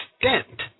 extent